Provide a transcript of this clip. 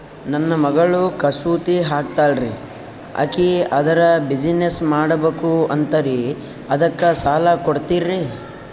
ನನ್ನ ಮಗಳು ಕಸೂತಿ ಹಾಕ್ತಾಲ್ರಿ, ಅಕಿ ಅದರ ಬಿಸಿನೆಸ್ ಮಾಡಬಕು ಅಂತರಿ ಅದಕ್ಕ ಸಾಲ ಕೊಡ್ತೀರ್ರಿ?